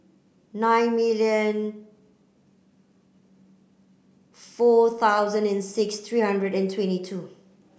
nine million four thousand and six three hundred and twenty two